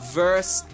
verse